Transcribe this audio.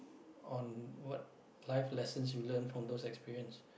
on what life lessons you learn from those experience